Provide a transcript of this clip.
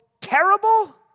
terrible